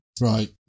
Right